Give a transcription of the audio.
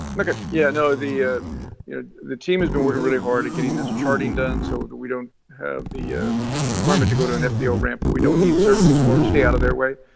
like ah you know the the team has been working really hard at getting this charting done, so that we don't the requirement to go to an fbo ramp that we don't need services for, and stay out of their way,